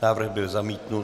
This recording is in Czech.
Návrh byl zamítnut.